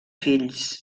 fills